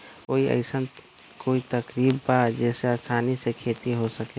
कोई अइसन कोई तरकीब बा जेसे आसानी से खेती हो सके?